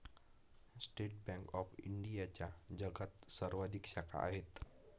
state bank of इंडियाच्या जगात सर्वाधिक शाखा आहेत